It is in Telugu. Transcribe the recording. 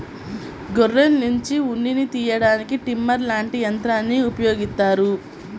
గొర్రెల్నుంచి ఉన్నిని తియ్యడానికి ట్రిమ్మర్ లాంటి యంత్రాల్ని ఉపయోగిత్తారు